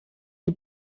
die